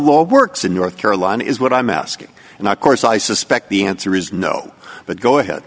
law works in north carolina is what i'm asking and i course i suspect the answer is no but go ahead